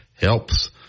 helps